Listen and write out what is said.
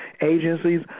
agencies